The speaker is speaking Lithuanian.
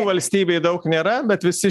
valstybei daug nėra bet visi